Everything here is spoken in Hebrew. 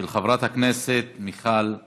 של חברת הכנסת מיכל רוזין.